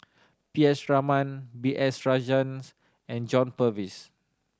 P S Raman B S Rajhans and John Purvis